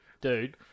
dude